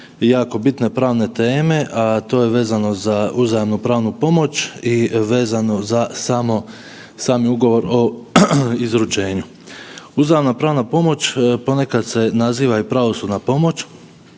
jako bitne pravne teme, a to je vezano za uzajamnu pravnu pomoć i vezano za samo, sami ugovor o izručenju. Uzajamna pravna pomoć ponekad se naziva i pravosudna pomoć,